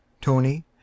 Tony